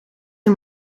een